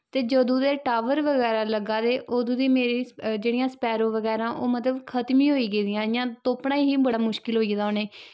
ते जदूं दे टावर बगैरा लग्गा दे अदूं दी मेरी जेह्ड़ियां स्पैरो बगैरा ओह् मतलब खतम ही होई गेदियां इ'यां तुप्पना ही बड़ा मुश्कल होई गेदा उ'नेंगी